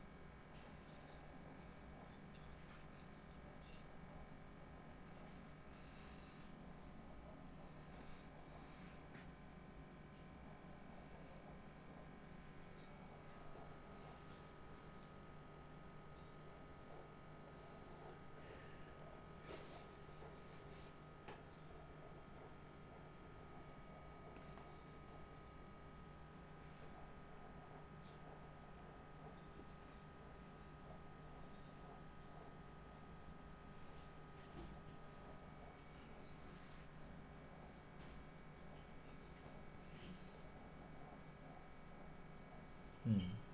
mm